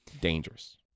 dangerous